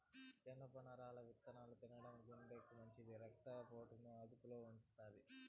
జనపనార విత్తనాలు తినడం గుండెకు మంచిది, రక్త పోటును అదుపులో ఉంచుతాయి